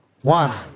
one